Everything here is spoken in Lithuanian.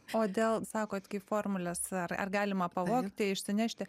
o dėl sakot kaip formules ar ar galima pavogti išsinešti